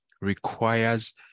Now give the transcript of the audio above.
requires